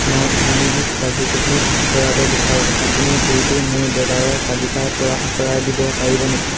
মই ইউনিবিক কাজু কুকিজ আঁতৰাব বিচাৰোঁ আপুনি এইটো মোৰ বজাৰৰ তালিকাৰ পৰা আঁতৰাই দিব পাৰিব নেকি